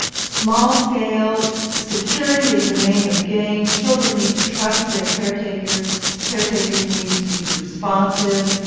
small-scale security is the name of the game, children need to trust their care takers, care takers need to be responsive,